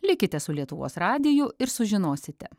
likite su lietuvos radiju ir sužinosite